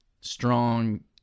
strong